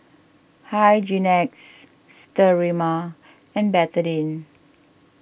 Hygin X Sterimar and Betadine